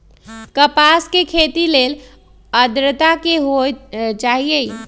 कपास के खेती के लेल अद्रता की होए के चहिऐई?